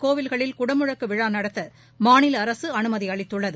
கோவில்களில் குடமுழக்கு விழா நடத்த மாநில அரசு அனுமதி அளித்துள்ளது